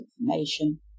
information